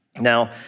Now